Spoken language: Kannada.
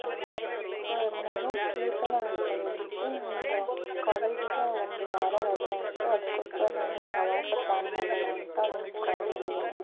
ಹಾಂ ಸರ್ ನಾನು ಕೀರ್ತನ ಅಂತ ಹೇಳಿಬಿಟ್ಟು ನನ್ನದು ಕಾಲೇಜಿಗೆ ಒಂದು ವಾರ ರಜೆ ಇತ್ತು ಅದಕ್ಕೋಸ್ಕರ ನಾನು ಪ್ರವಾಸ ಪ್ಲಾನ್ ಮಾಡೋಣ ಅಂತ ನಿಮ್ಗೆ ಕಾಲ್ ಮಾಡಿದ್ದೀನಿ